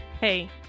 Hey